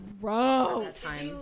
Gross